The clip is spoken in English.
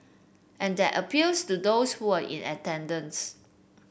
and that appeals to those who were in attendance